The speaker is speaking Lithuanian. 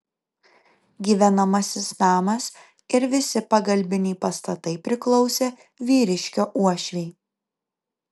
gyvenamasis namas ir visi pagalbiniai pastatai priklausė vyriškio uošvei